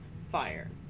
fire